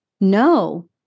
no